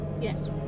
Yes